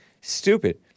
Stupid